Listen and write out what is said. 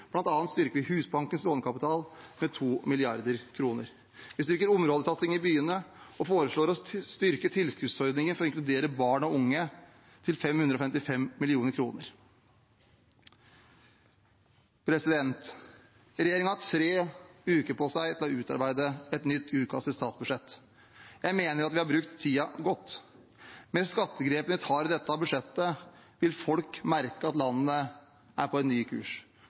styrker vi Husbankens lånekapital med 2 mrd. kr. Vi styrker områdesatsingen i byene, og vi foreslår å styrke tilskuddsordningen for å inkludere barn og unge til 555 mill. kr. Regjeringen har hatt tre uker på seg til å utarbeide et nytt utkast til statsbudsjett. Jeg mener vi har brukt tiden godt. Med skattegrepene vi tar i dette budsjettet, vil folk merke at landet er på en ny kurs.